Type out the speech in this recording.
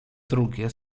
drugie